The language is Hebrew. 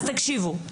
אז תקשיבו,